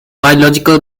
biological